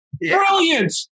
Brilliant